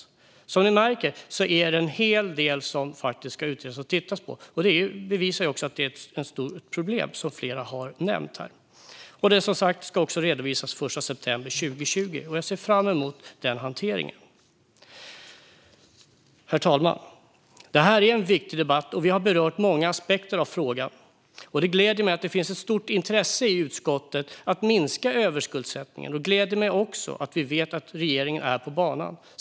Det är alltså en hel del som ska utredas och som man ska titta på. Det bevisar att det är ett stort problem, vilket flera också har nämnt här i dag. Uppdraget ska redovisas till Regeringskansliet senast den 1 september 2020. Jag ser fram emot det. Herr talman! Det här är en viktig debatt, och vi har berört många aspekter av frågan. Det gläder mig att det finns ett stort intresse i utskottet när det gäller att minska överskuldsättning. Det gläder mig också att vi vet att regeringen är på banan.